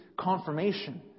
confirmation